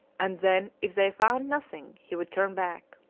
and then if they found nothing he would turn back.